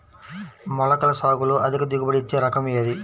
మొలకల సాగులో అధిక దిగుబడి ఇచ్చే రకం ఏది?